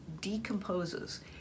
decomposes